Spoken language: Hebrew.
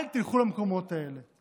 אל תלכו למקומות האלה.